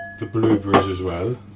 the blueberries as well.